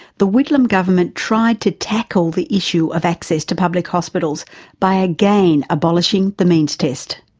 the whitlam government tried to tackle the issue of access to public hospitals by again abolishing the means test.